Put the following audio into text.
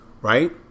right